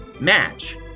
Match